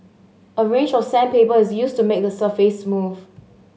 a range of sandpaper is used to make the surface smooth